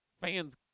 fans